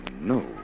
no